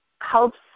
helps